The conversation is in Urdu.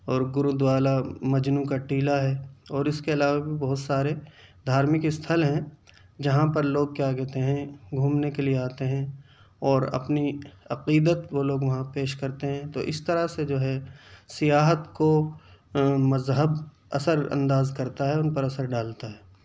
اور گرودوارا مجنوں کا ٹیلہ ہے اور اس کے علاوہ بھی بہت سارے دھارمک استھل ہیں جہاں پر لوگ کیا کہتے ہیں گھومنے کے لیے آتے ہیں اور اپنی عقیدت وہ لوگ وہاں پیش کرتے ہیں تو اس طرح سے جو ہے سیاحت کو مذہب اثرانداز کرتا ہے ان پر اثر ڈالتا ہے